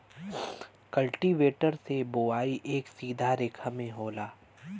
cultivator से बोवाई एक सीधा रेखा में होला